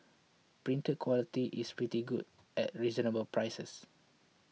printing quality is pretty good at reasonable prices